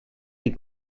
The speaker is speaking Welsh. ein